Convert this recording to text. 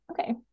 okay